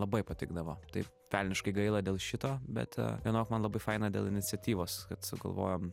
labai patikdavo tai velniškai gaila dėl šito bet vienok man labai faina dėl iniciatyvos kad sugalvojom